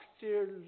dear